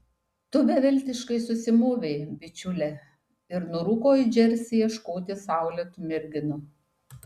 tu beviltiškai susimovei bičiule ir nurūko į džersį ieškoti saulėtų merginų